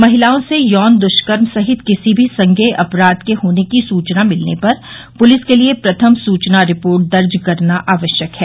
महिलाओं से यौन दुष्कर्म सहित किसी भी संज्ञेय अपराध के होने की सूचना मिलने पर पूलिस के लिए प्रथम सूचना रिपोर्ट दर्ज करना आवश्यक है